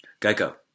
Geico